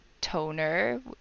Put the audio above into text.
toner